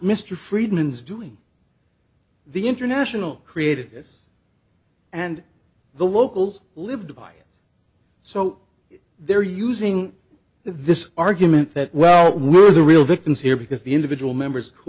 mr friedman's doing the international created this and the locals lived by so they're using this argument that well were the real victims here because the individual members